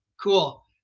cool